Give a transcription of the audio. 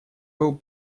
был